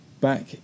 back